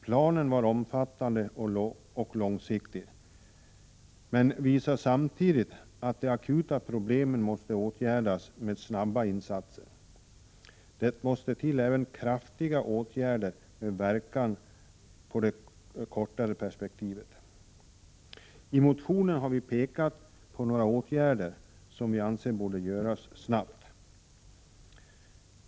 Planen var omfattande och långsiktig, men den visade samtidigt att de akuta problemen måste åtgärdas med snara insatser. Det måste till även kraftiga åtgärder med verkan i det kortare perspektivet. I motionen har vi pekat på några åtgärder, som vi anser borde vidtas snart.